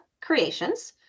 Creations